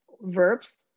verbs